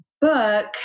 book